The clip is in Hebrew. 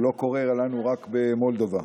קורה לנו רק במולדובה.